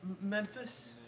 Memphis